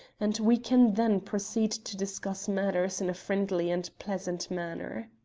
and we can then proceed to discuss matters in a friendly and pleasant manner.